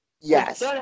Yes